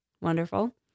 Wonderful